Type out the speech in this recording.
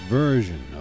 version